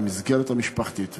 במסגרת המשפחתית,